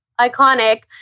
iconic